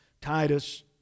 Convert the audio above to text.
Titus